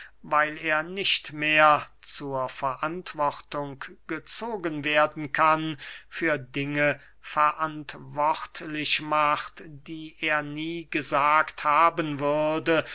weil er nicht mehr zur verantwortung gezogen werden kann für dinge verantwortlich macht die er nie gesagt haben würde